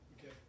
Okay